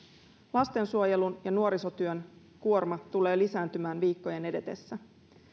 lastensuojelun ja nuorisotyön kuorma tulee lisääntymään viikkojen edetessä